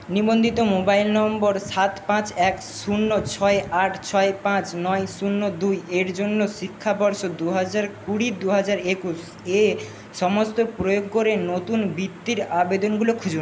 নিবন্ধিত মোবাইল নম্বর সাত পাঁচ এক শূন্য ছয় আট ছয় পাঁচ নয় শূন্য দুই এর জন্য শিক্ষাবর্ষ দু হাজার কুড়ি দু হাজার একুশ এ সমস্ত প্রয়োগ করে নতুন বৃত্তির আবেদনগুলো খুঁজুন